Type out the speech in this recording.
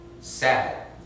sad